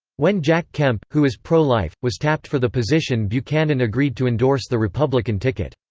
when jack kemp, who is pro-life, was tapped for the position buchanan agreed to endorse the republican ticket.